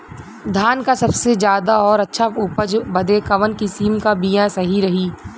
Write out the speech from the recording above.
धान क सबसे ज्यादा और अच्छा उपज बदे कवन किसीम क बिया सही रही?